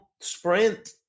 sprint